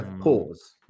pause